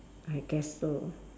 I guess so